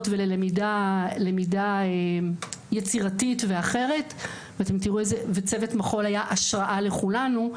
וללמידה יצירתית ואחרת וצוות מחול היה השראה לכולנו.